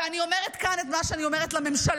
ואני אומרת כאן את מה שאני אומרת לממשלה,